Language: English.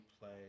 play